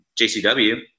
jcw